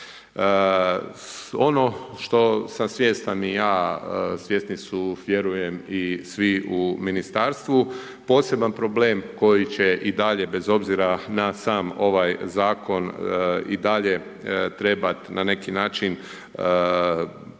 Ono što sam svjestan i ja, svjesni su vjerujem i svi u Ministarstvu, poseban problem koji će i dalje bez obzira na sam ovaj Zakon i dalje trebati na neki način se prema